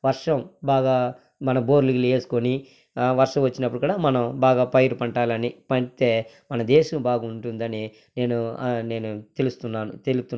వర్షం బాగా మన బోర్లు గీర్లు వేసుకొని వర్షం వచ్చినప్పుడు కూడా మనం బాగా పైరు పంటాలని పండితే మన దేశం బాగుంటుందని నేను నేను తెలుస్తున్నాను తెలుపుతున్నాను